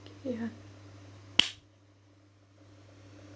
K ah